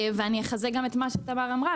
ואני אחזק גם את מה שתמר אמרה.